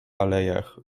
alejach